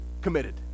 committed